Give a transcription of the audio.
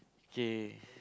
K